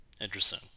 Interesting